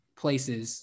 places